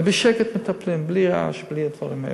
ומטפלים בשקט, בלי רעש, בלי הדברים האלה.